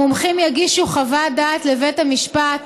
המומחים יגישו חוות דעת לבית המשפט